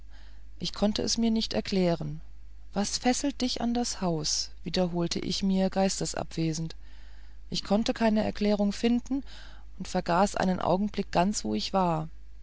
ich konnte es mir nicht erklären was fesselt dich an das haus wiederholte ich mir geistesabwesend ich konnte keine erklärung finden und vergaß einen augenblick ganz wo ich war